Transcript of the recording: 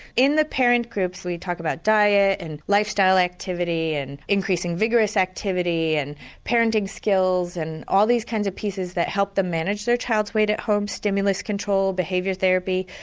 in the parent groups we talk about diet and lifestyle activity and increasing vigorous activity and parenting skills and all these kinds of pieces that help them manage their child's weight at home, stimulus control, behaviour therapy.